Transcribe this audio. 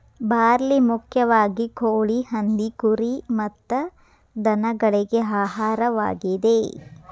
barley ಮುಖ್ಯವಾಗಿ ಕೋಳಿ, ಹಂದಿ, ಕುರಿ ಮತ್ತ ದನಗಳಿಗೆ ಆಹಾರವಾಗಿದೆ